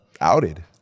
outed